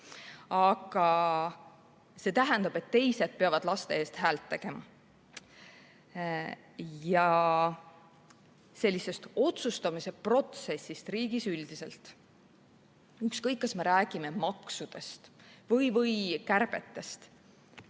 Ent see tähendab, et teised peavad laste eest häält tõstma. Räägin ka otsustamise protsessist riigis üldiselt, ükskõik, kas me räägime maksudest või kärbetest.